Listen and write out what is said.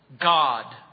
God